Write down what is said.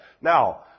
Now